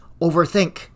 overthink